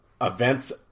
events